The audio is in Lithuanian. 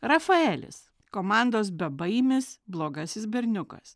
rafaelis komandos bebaimis blogasis berniukas